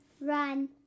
Run